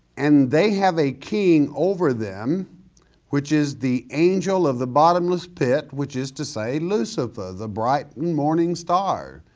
and they have a king over them which is the angel of the bottomless pit, which is to say lucifer, the bright morning star.